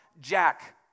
Jack